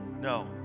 No